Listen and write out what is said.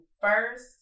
first